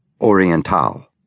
Oriental